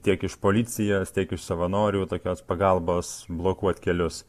tiek iš policijos tiek iš savanorių tokios pagalbos blokuot kelius